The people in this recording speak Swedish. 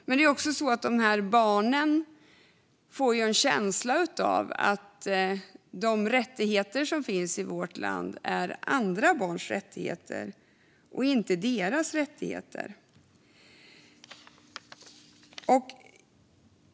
Men det är också så att de här barnen får en känsla av att de rättigheter som finns i vårt land är andra barns rättigheter och inte deras rättigheter.